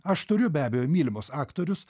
aš turiu be abejo mylimus aktorius